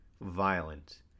violent